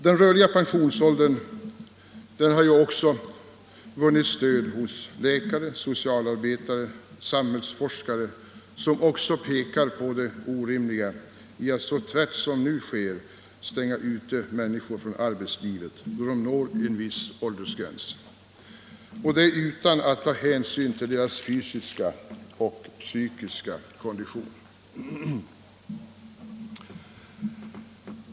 Den rörliga pensionsåldern har också vunnit stöd hos läkare, socialarbetare och samhällsforskare som pekar på det orimliga i att så tvärt som nu sker stänga ute människor från arbetslivet, då de når en viss åldersgräns, detta utan hänsyn till deras fysiska och psykiska kondition.